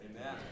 Amen